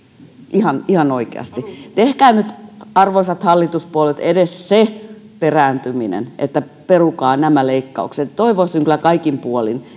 ihan ihan oikeasti tehkää nyt arvoisat hallituspuolueet edes se perääntyminen perukaa nämä leikkaukset toivoisin kyllä kaikin puolin